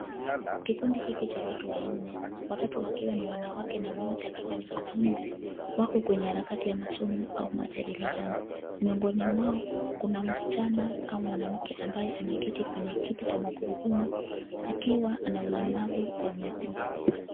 Kikundi hiki cha watu wanne, watatu wakiwa ni wanawake na mmoja akiwa ni mwanaume, wako kwenye harakati ya masomo au majadiliano. Miongoni mwao kuna msichana au mwanamke ambaye ameketi kwenye kiti cha magurudumu, akiwa na ulemavu kwa miguu.